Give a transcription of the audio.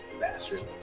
Bastard